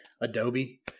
Adobe